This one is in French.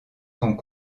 sont